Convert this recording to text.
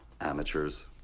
Amateurs